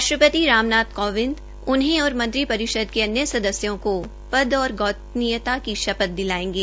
राष्ट्रपति रामनाथ कोविंद उन्हें और मंत्रीपरिषद के अन्य सदस्यों को पद और गोपनीयता की शपथ दिलायेंगे